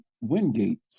Wingate